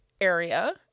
Area